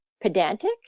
pedantic